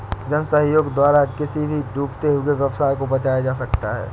जन सहयोग द्वारा किसी भी डूबते हुए व्यवसाय को बचाया जा सकता है